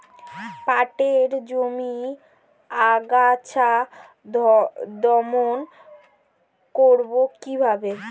পাটের জমির আগাছা দমন করবো কিভাবে?